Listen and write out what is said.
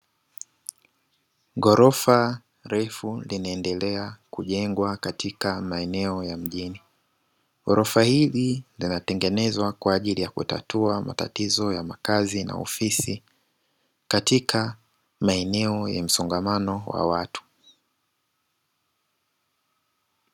Ghorofa refu linaendelea kujengwa katika maeneo ya mjini, ghorofa hili linatengenezwa kwaajili ya kutatua matatizo ya makazi na ofisi katika maeneo ya msongamano wa watu.